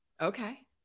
okay